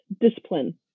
discipline